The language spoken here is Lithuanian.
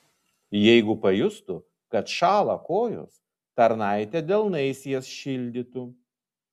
jeigu pajustų kad šąla kojos tarnaitė delnais jas šildytų